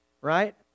right